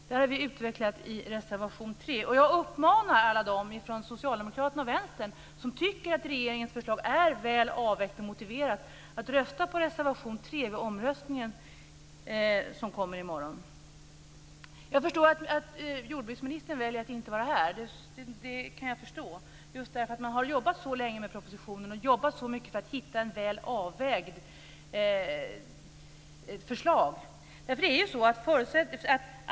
Det här har vi utvecklat i reservation 3, och jag uppmanar alla från Socialdemokraterna och Vänstern som tycker att regeringens förslag är väl avvägt och motiverat att rösta på reservation 3 vid omröstningen i morgon. Jag förstår att jordbruksministern väljer att inte vara här. Det kan jag förstå just för att man har jobbat så länge med propositionen och jobbat så mycket för att hitta ett väl avvägt förslag.